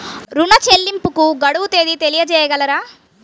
ఋణ చెల్లింపుకు గడువు తేదీ తెలియచేయగలరా?